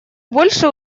больше